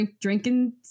drinking